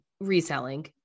reselling